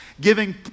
giving